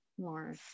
more